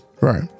right